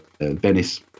Venice